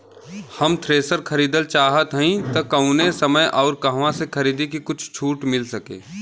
हम थ्रेसर खरीदल चाहत हइं त कवने समय अउर कहवा से खरीदी की कुछ छूट मिल सके?